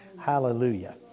Hallelujah